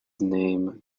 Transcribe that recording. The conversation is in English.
name